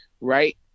Right